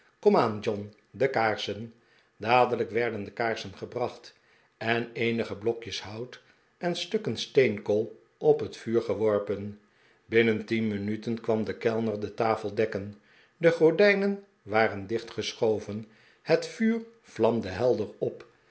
komaan john de kaarsen dadelijk werden de kaarsen gebracht en eenige blokjes hout en stukken steenkool op het vuur geworpen binnen tien minuten kwam de kellner de tafel dekken de gordijnen waren dicht geschoven het vuur vlamde helder op